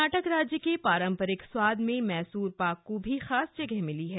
कर्नाटक राज्य के पारंपरिक स्वाद में मैसूर पाक को भी खास जगह हासिल है